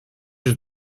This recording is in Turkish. yüz